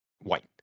white